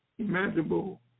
imaginable